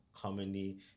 commonly